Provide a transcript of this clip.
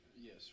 Yes